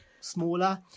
Smaller